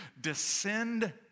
descend